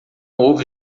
houve